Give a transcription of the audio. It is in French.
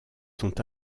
sont